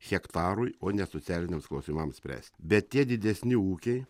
hektarui o ne socialiniams klausimams spręsti bet tie didesni ūkiai